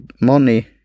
Money